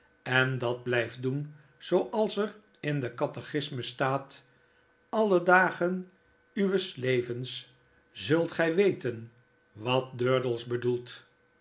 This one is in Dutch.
en dat blyft doen zooals er in den catechismus staat alle de dagen uwes levens zult gij weten wat durdels bedoelt